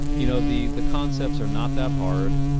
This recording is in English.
you know, the the concepts are not that hard.